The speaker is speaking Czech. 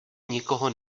nikoho